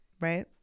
right